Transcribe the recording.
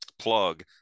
plug